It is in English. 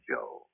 Joe